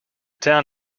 town